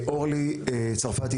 אורלי צרפתי,